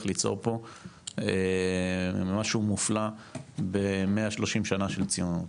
ליצור פה משהו מופלא ב-130 שנה של ציונות.